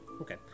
Okay